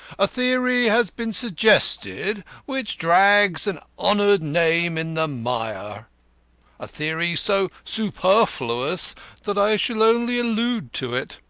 a theory has been suggested which drags an honoured name in the mire a theory so superflous that i shall only allude to it.